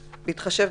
בהתחשב,